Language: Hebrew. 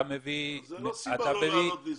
זו לא סיבה לא לעלות לישראל.